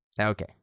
Okay